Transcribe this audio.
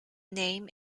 name